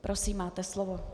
Prosím, máte slovo.